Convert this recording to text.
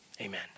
amen